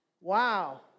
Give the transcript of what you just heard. Wow